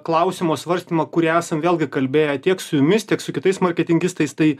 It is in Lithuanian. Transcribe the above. klausimo svarstymą kurį esam vėlgi kalbėję tiek su jumis tiek su kitais marketingistais tai